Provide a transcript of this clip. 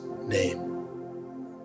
name